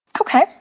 Okay